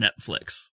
netflix